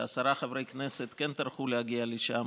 ועשרה חברי כנסת כן טרחו להגיע לשם